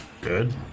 good